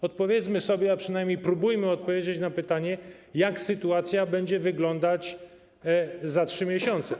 Odpowiedzmy sobie, a przynajmniej spróbujmy odpowiedzieć na pytanie, jak sytuacja będzie wyglądała za 3 miesiące.